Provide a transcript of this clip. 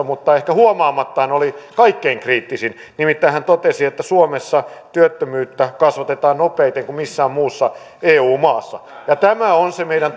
mutta ehkä huomaamattaan oli kaikkein kriittisin nimittäin hän totesi että suomessa työttömyyttä kasvatetaan nopeammin kuin missään muussa eu maassa ja tämä on se meidän